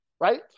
right